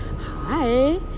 hi